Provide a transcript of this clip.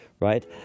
Right